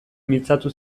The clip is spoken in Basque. mintzatu